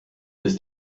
ist